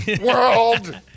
World